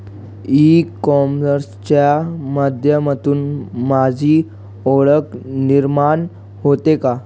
E कॉमर्सच्या माध्यमातून माझी ओळख निर्माण होते का?